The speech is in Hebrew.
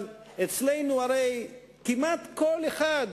אבל אצלנו הרי כמעט כל אחד,